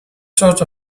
sort